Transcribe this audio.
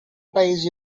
paesi